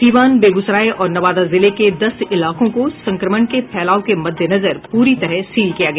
सीवान बेगूसराय और नवादा जिले के दस इलाकों को संक्रमण के फैलाव के मद्देनजर पूरी तरह सील किया गया